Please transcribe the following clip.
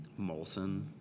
Molson